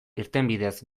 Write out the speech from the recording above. irtenbideez